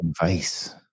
Advice